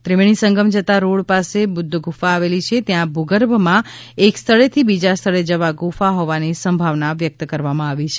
ત્રિવેણી સંગમ જતા રોડ પાસે બુદ્ધ ગુફા આવેલી છે ત્યાં ભૂગર્ભમાં એક સ્થળેથી બીજા સ્થળે જવા ગુફા હોવાની સંભાવના વ્યક્ત કરવામાં આવી છે